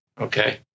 Okay